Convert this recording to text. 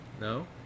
No